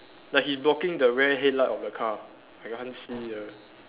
like he's blocking the rear headlight of the car I can't see ah